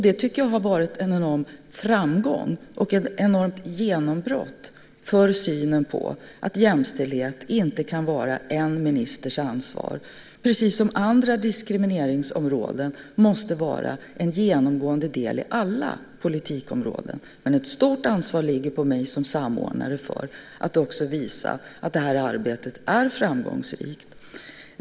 Det tycker jag har varit en enorm framgång och ett enormt genombrott för synen på att jämställdhet inte kan vara en enda ministers ansvar, precis som andra diskrimineringsområden måste vara en genomgående del i alla politikområden. Ett stort ansvar ligger på mig som samordnare att visa att det här arbetet är framgångsrikt.